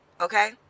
okay